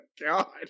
god